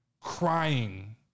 crying